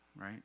right